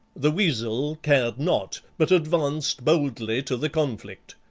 the weasel cared not, but advanced boldly to the conflict.